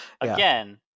Again